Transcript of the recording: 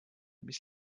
mis